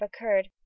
occurred